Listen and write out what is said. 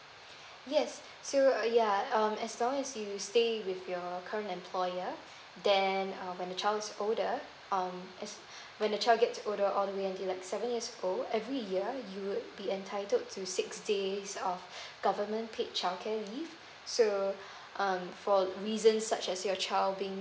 yes so yeah um as long as you stay with your current employer then um when the child is older um is when the child gets older all the way until like seven years old every year you would be entitled to six days of government paid child care leave so um for reasons such as your child being